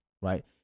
right